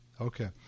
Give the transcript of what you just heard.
Okay